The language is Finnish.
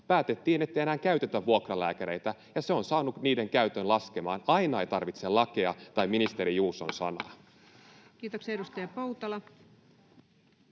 päätettiin, ettei enää käytetä vuokralääkäreitä, ja se on saanut niiden käytön laskemaan. Aina ei tarvitse lakeja tai ministeri Juuson sanaa. [Speech 44]